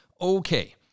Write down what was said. Okay